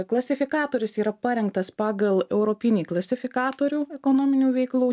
klasifikatorius yra parengtas pagal europinį klasifikatorių ekonominių veiklų